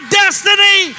destiny